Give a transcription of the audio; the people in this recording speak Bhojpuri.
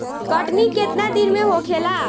कटनी केतना दिन में होखेला?